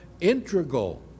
integral